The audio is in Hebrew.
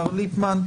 מר ליפמן.